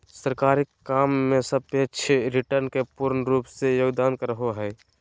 सरकारी काम मे सापेक्ष रिटर्न के पूर्ण रूप से योगदान रहो हय